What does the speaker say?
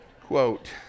quote